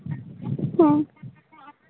ᱦᱮᱸ